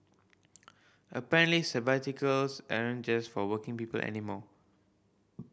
apparently sabbaticals aren't just for working people anymore